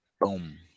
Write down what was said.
Boom